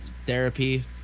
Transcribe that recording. therapy